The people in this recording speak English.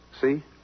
See